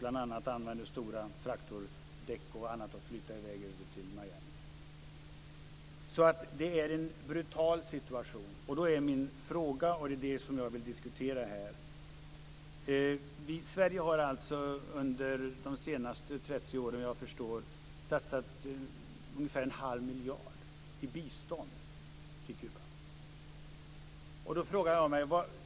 Bl.a. använder de stora traktordäck och annat att flyta på över till Miami. Det är alltså en brutal situation. Den fråga som jag vill diskutera är: Sverige har under de senaste 30 åren satsat en halv miljard i bistånd till Kuba.